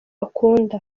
akunda